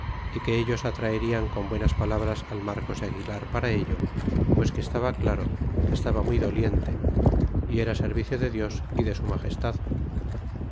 y que ellos atraerian con buenas palabras al marcos de aguilar para ello pues que estaba claro que estaba muy doliente y era servicio de dios y de su magestad